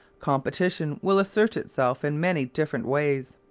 competition will assert itself in many different ways.